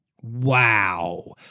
Wow